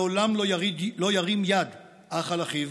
לעולם לא ירים יד אח על אחיו,